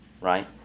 right